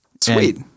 Sweet